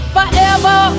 Forever